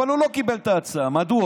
אבל הוא לא קיבל את ההצעה, מדוע?